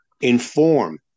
inform